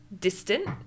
distant